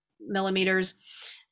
millimeters